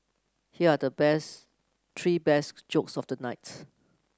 here are the best three best jokes of the night